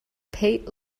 pete